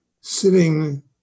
sitting